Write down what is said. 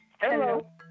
Hello